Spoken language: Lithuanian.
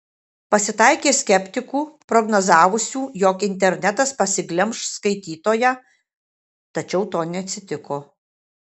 pasitaikė skeptikų prognozavusių jog internetas pasiglemš skaitytoją tačiau to neatsitiko